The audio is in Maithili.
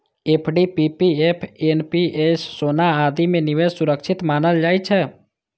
एफ.डी, पी.पी.एफ, एन.पी.एस, सोना आदि मे निवेश सुरक्षित मानल जाइ छै